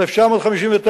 1959,